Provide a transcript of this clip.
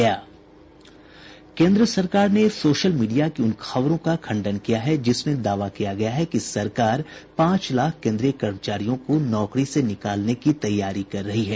केन्द्र सरकार ने सोशल मीडिया के उन खबरों का खंडन किया है जिसमें दावा किया गया है कि सरकार पांच लाख केन्द्रीय कर्मचारियों को नौकरी से निकालने की तैयारी कर रही है